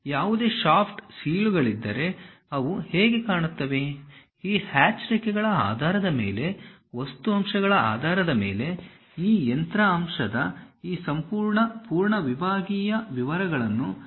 ಯಾವುದೇ ಶಾಫ್ಟ್ ಸೀಲುಗಳಿದ್ದರೆ ಅವು ಹೇಗೆ ಕಾಣುತ್ತವೆ ಈ ಹ್ಯಾಚ್ ರೇಖೆಗಳ ಆಧಾರದ ಮೇಲೆ ವಸ್ತು ಅಂಶಗಳ ಆಧಾರದ ಮೇಲೆ ಆ ಯಂತ್ರ ಅಂಶದ ಈ ಸಂಪೂರ್ಣ ಪೂರ್ಣ ವಿಭಾಗೀಯ ವಿವರಗಳನ್ನು ನಾವು ಪ್ರತಿನಿಧಿಸುತ್ತೇವೆ